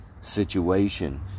situation